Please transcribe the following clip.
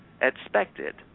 expected